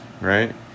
right